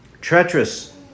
treacherous